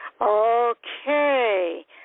Okay